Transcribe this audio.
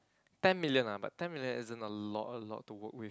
ten million ah but ten million isn't a lot a lot to work with